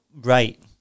right